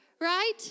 right